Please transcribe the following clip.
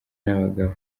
n’abagabo